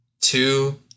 two